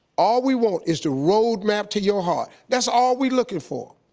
all we want is the road map to your heart. that's all we looking for.